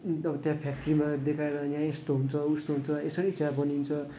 एकदम त्यहाँ फ्याक्ट्रीमा देखाएर यहाँ यस्तो हुन्छ उस्तो हुन्छ यसरी चिया बनिन्छ